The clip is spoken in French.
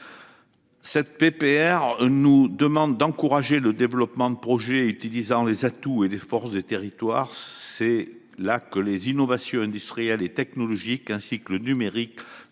résolution nous demande d'encourager le développement de projets qui utilisent les atouts et les forces des territoires. C'est sur ce point que les innovations industrielles et technologiques, comme le numérique,